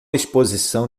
exposição